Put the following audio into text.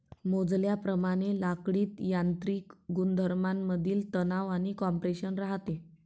मोजल्याप्रमाणे लाकडीत यांत्रिक गुणधर्मांमधील तणाव आणि कॉम्प्रेशन राहते